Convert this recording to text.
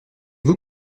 vous